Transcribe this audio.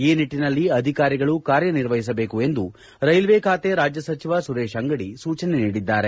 ಈ ನಿಟ್ಟನಲ್ಲಿ ಅಧಿಕಾರಿಗಳು ಕಾರ್ಯನಿರ್ವಹಿಸಬೇಕು ಎಂದು ರೈಲ್ವೆ ಖಾತೆ ರಾಜ್ಯ ಸಚಿವ ಸುರೇಶ್ ಅಂಗಡಿ ಸೂಚನೆ ನೀಡಿದ್ದಾರೆ